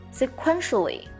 sequentially